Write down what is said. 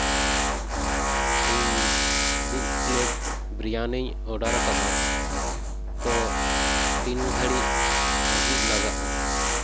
ᱤᱧ ᱢᱤᱫ ᱯᱞᱮᱴ ᱵᱨᱤᱭᱟᱱᱤᱧ ᱚᱰᱟᱨᱟᱠᱟᱫᱟ ᱛᱚ ᱛᱤᱱ ᱜᱷᱟᱹᱲᱤᱡ ᱦᱟᱡᱩᱜ ᱞᱟᱜᱟᱜᱼᱟ